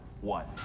one